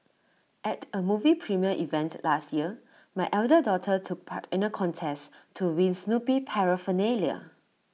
at A movie premiere event last year my elder daughter took part in A contest to win Snoopy Paraphernalia